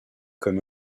comme